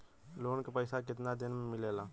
Loan के पैसा कितना दिन मे मिलेला?